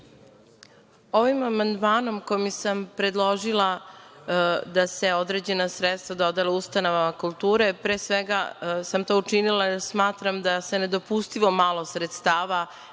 Ovim amandmanom u kome sam predložila da se određena sredstva dodele ustanovama kulture, pre svega sam to učinila jer smatram da se sa nedopustivo malo sredstava